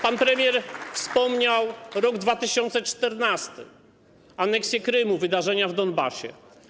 Pan premier wspomniał rok 2014, aneksję Krymu, wydarzenia w Donbasie.